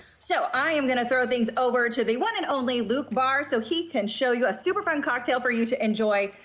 so i am gonna throw these over to the one and only luke barr so he can show you a super fun cocktail for you to enjoy,